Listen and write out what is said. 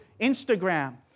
Instagram